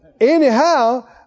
anyhow